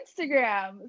Instagram